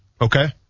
okay